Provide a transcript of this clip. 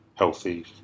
healthy